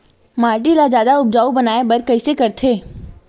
माटी ला जादा उपजाऊ बनाय बर कइसे करथे?